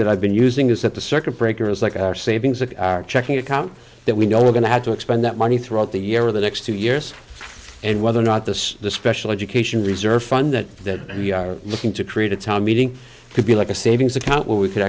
that i've been using is that the circuit breaker is like our savings of our checking account that we know we're going to have to expend that money throughout the year or the next two years and whether or not the special education reserve fund that we are looking to create a time meeting could be like a savings account where we could